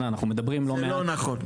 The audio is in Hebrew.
חנן זה לא נכון,